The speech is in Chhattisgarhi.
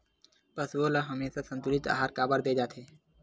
पशुओं ल हमेशा संतुलित आहार काबर दे जाथे?